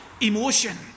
emotion